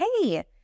hey